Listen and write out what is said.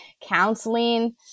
counseling